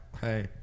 Hey